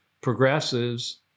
progressives